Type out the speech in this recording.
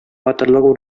батырлык